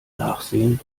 nachsehen